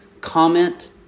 comment